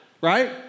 right